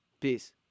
Peace